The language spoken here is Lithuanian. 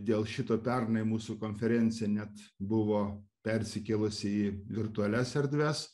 dėl šito pernai mūsų konferencija net buvo persikėlusi į virtualias erdves